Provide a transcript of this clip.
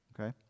Okay